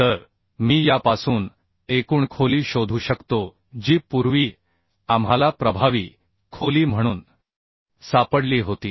तर मी यापासून एकूण खोली शोधू शकतो जी पूर्वी आम्हाला प्रभावी खोली म्हणून सापडली होती